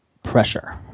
pressure